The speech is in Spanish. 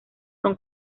son